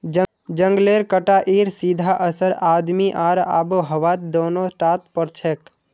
जंगलेर कटाईर सीधा असर आदमी आर आबोहवात दोनों टात पोरछेक